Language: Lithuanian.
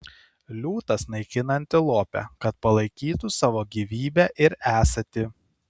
liūtas naikina antilopę kad palaikytų savo gyvybę ir esatį